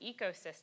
ecosystem